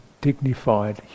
dignified